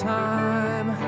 time